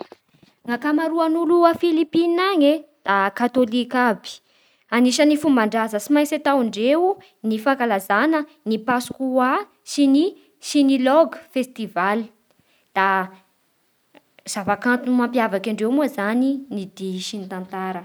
Ny akamaroan'olo a Philippine any da katôlika aby. Anisan'ny fomban-draza tsy maintsy ataondreo ny fankalazana ny pascua sy ny-sy ny logue festival Da zava-kanto mampiavaky andreo moa zany da ny dihy sy ny tantara